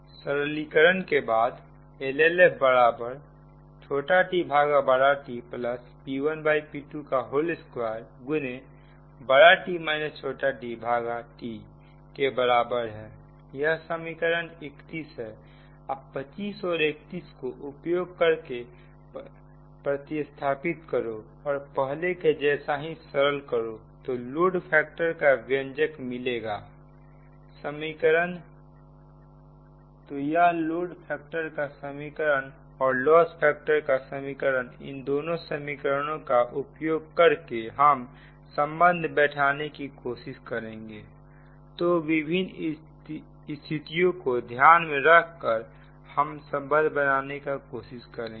सरलीकरण के बाद LLF tTP1P22xT tT के बराबर है यह समीकरण 31 है आप 25 और 31 को उपयोग करके प्रतिस्थापित करो और पहले के जैसा ही सरल करो तो लोड फैक्टर का व्यंजक मिलेगा समीकरण तो यह लोड फैक्टर का समीकरण और लॉस फैक्टर का समीकरण इन दोनों समीकरण का उपयोग करके हम संबंध बैठाने की कोशिश करेंगे तो तीन विभिन्न स्थितियों को ध्यान में रखकर हम संबंध बनाने का प्रयास करेंगे